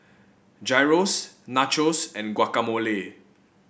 Gyros Nachos and Guacamole